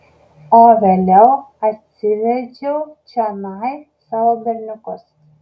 o vėliau atsivedžiau čionai savo berniukus